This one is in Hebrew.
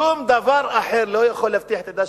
שום דבר אחר לא יכול להבטיח את עתידה